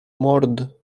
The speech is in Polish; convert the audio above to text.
mord